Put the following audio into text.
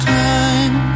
time